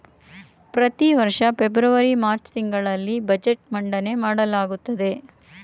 ಪ್ರತಿವರ್ಷ February March ತಿಂಗಳಲ್ಲಿ budget ಮಂಡನೆ ಮಾಡಲಾಗುತ್ತೆ